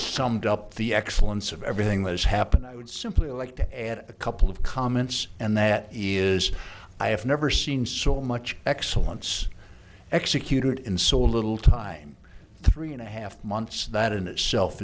summed up the excellence of everything that is happened i would simply like to add a couple of comments and that is i have never seen so much excellence executed in so little time three and a half months that in itself